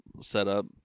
setup